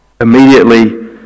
Immediately